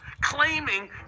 claiming